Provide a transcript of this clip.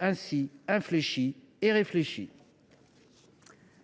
ainsi infléchi et enrichi.